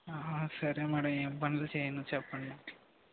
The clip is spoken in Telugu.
ఆహా సరే మేడం ఏం ఇబ్బందులు చేయను చెప్పండి